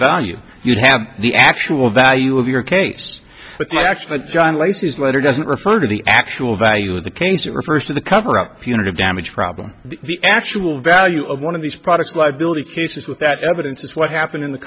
value you'd have the actual value of your case but that actually john laces later doesn't refer to the actual value of the case it refers to the cover up punitive damage problem the actual value of one of these products liability cases with that evidence is what happened in the